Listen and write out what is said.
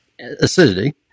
acidity